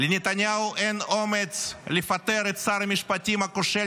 לנתניהו אין אומץ לפטר את שר המשפטים הכושל